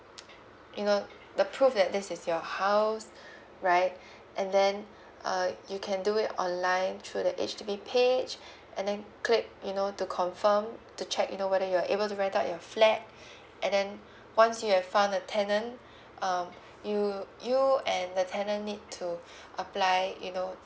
you know the proof that this is your house right and then uh you can do it online through the H_D_B page and then click you know to confirm to check you know whether you're able to rent out your flat and then once you have found a tenant um you'll you and the tenant need to apply you know